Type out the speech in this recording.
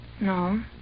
No